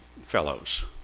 fellows